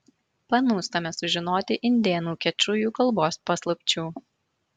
panūstame sužinoti indėnų kečujų kalbos paslapčių